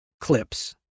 clips